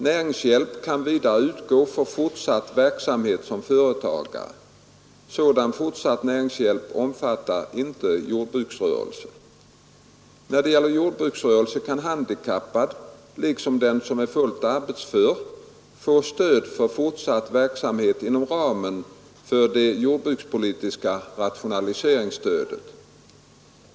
Näringshjälp kan vidare utgå för fortsatt verksamhet som företagare. Sådan fortsatt näringshjälp omfattar inte jordbruksrörelse. När det gäller jordbruksrörelse kan handikappad, liksom den som är fullt arbetsför, få stöd för fortsatt verksamhet inom ramen för det jordbrukspolitiska rationaliseringsstödet.